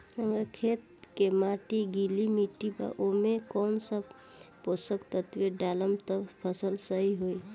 हमार खेत के माटी गीली मिट्टी बा ओमे कौन सा पोशक तत्व डालम त फसल सही होई?